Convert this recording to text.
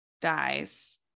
dies